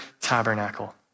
tabernacle